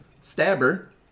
stabber